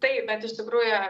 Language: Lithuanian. taip bet iš tikrųjų